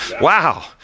Wow